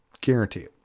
guarantee